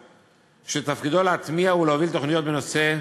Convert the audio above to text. שתפקידו להטמיע ולהוביל תוכניות בנושא,